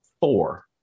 four